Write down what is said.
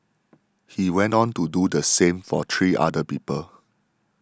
he went on to do the same for three other people